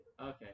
Okay